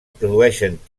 produeixen